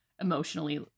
emotionally